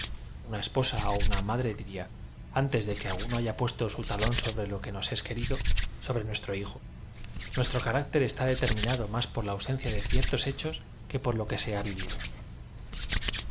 espoaa ó una madre diría antes de que alguno haya puesto su talóa sobre lo que dos es querido so bre nuestro hijo nuestro carácter está determinado más por la ausencia de ciertos hechos que por lo que se ha vivido o